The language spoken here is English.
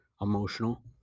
emotional